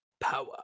power